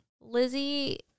Lizzie